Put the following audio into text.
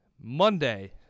Monday